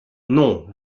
non